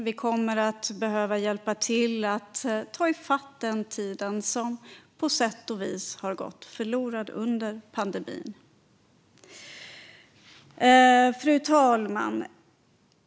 Vi kommer att behöva hjälpa till att ta i fatt den tid som på sätt och vis har gått förlorad under pandemin. Fru talman!